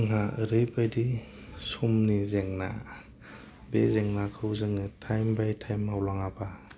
जोंहा ओरैबायदि समनि जेंना बे जेंनाखौ जोङो थाइम बाय थाइम मावलाङाबा